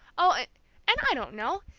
oh and i don't know!